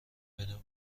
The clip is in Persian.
بریم